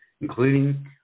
including